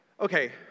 Okay